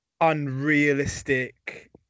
Unrealistic